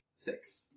Six